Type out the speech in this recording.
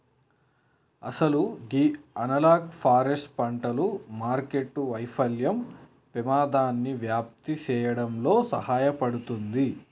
అసలు గీ analogue forest పంటలు మార్కెట్టు వైఫల్యం పెమాదాన్ని వ్యాప్తి సేయడంలో సహాయపడుతుంది